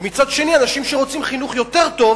ומצד שני אנשים שרוצים חינוך יותר טוב